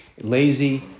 lazy